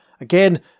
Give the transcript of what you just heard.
Again